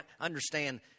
understand